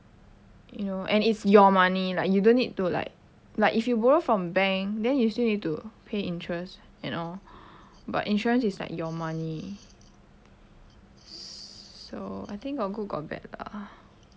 you know and it's your money like you don't need to like like if you borrow from bank then you still need to pay interest and all but insurance is like your money so I think got good got bad lah